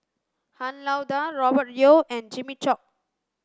Han Lao Da Robert Yeo and Jimmy Chok